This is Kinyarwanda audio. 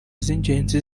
z’ingenzi